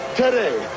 today